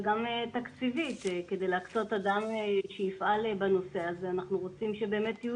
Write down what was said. וגם תקציבית כדי להקצות אדם שיפעל בנושא הזה אנחנו רוצים שבאמת יהיו